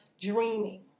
dreaming